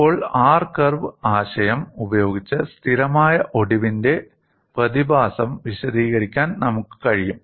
ഇപ്പോൾ R curve ആശയം ഉപയോഗിച്ച് സ്ഥിരമായ ഒടിവിന്റെ പ്രതിഭാസം വിശദീകരിക്കാൻ നമുക്ക് കഴിയും